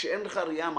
כשאין לך ראייה מערכתית,